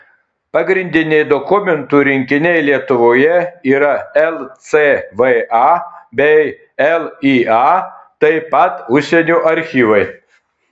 pagrindiniai dokumentų rinkiniai lietuvoje yra lcva bei lya taip pat užsienio archyvai